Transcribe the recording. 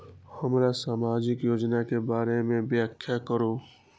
हमरा सामाजिक योजना के बारे में व्याख्या करु?